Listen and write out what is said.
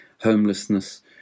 homelessness